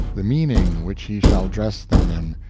the meaning which he shall dress them in,